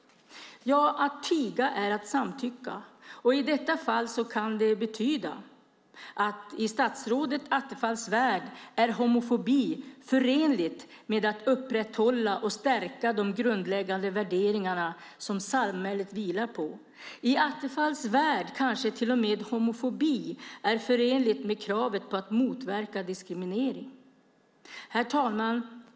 Att tiga är att samtycka, och i detta fall kan det betyda att i statsrådet Attefalls värld är homofobi förenligt med att upprätthålla och stärka de grundläggande värderingar som samhället vilar på. I Attefalls värld kanske till och med homofobi är förenligt med kravet på att motverka diskriminering. Herr talman!